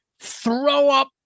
throw-up